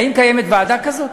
האם קיימת ועדה כזאת?